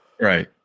right